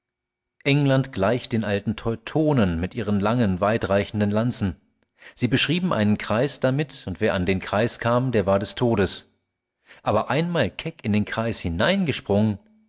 england gleicht den alten teutonen mit ihren langen weitreichenden lanzen sie beschrieben einen kreis damit und wer an den kreis kam der war des todes aber einmal keck in den kreis